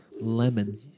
Lemon